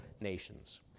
nations